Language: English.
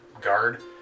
guard